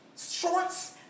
Shorts